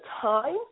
time